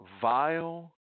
vile